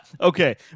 Okay